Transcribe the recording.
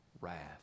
wrath